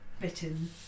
bitten